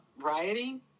rioting